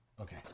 Okay